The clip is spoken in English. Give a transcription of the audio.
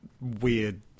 weird